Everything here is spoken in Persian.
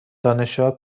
دانشجوها